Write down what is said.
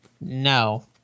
No